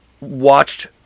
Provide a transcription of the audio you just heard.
watched